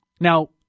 Now